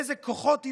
באילו כוחות עילאיים.